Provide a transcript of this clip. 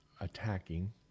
attacking